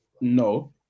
No